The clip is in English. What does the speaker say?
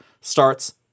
Starts